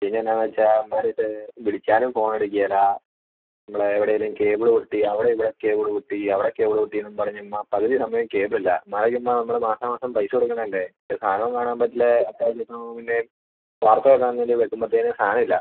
പിന്നെ എന്നാന്ന് വെച്ചാൽ അവൻമാരൊട്ട് വിളിച്ചാലും ഫോൺ എടുക്കില്ല നമ്മളെ എവിടെയെങ്കിലും കേബിൾ പൊട്ടി അവിടെ ഇവിടെ കേബിൾ പൊട്ടി അവിടെ കേബിൾ പൊട്ടി എന്നും പറഞ്ഞും ആ പകുതി സമയം കേബിൾ ഇല്ല മഴയും ആ നമ്മൾ മാസാമാസം പൈസ കൊടുക്കുന്നതല്ലേ ഒരു സാധനം കാണാൻ പറ്റില്ല അത്യാവശ്യത്തിന് പിന്നെ വാർത്ത കേൾക്കാൻ വേണ്ടി വയ്ക്കുമ്പോഴത്തേനും സാധനം ഇല്ല